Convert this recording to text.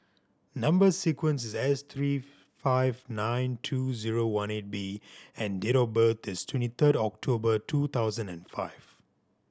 number sequence is S three five nine two zero one eight B and date of birth is twenty third October two thousand and five